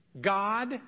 God